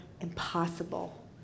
impossible